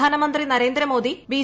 പ്രധാനമന്ത്രി നരേന്ദ്രമോദ്ദി ബീ